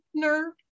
partner